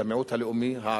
למיעוט הלאומי הערבי,